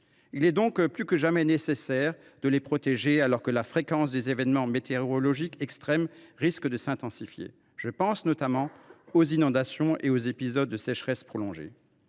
Il est donc plus que jamais nécessaire de les protéger alors que la fréquence des événements météorologiques extrêmes risque de s’intensifier. Je pense notamment aux inondations et aux épisodes de sécheresse prolongée.